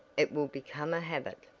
it will become a habit.